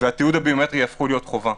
והתיעוד הביומטרי יהפכו להיות חובה.